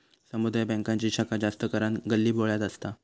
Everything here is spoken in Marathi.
समुदाय बॅन्कांची शाखा जास्त करान गल्लीबोळ्यात असता